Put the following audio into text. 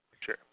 Sure